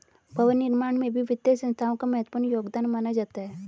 भवन निर्माण में भी वित्तीय संस्थाओं का महत्वपूर्ण योगदान माना जाता है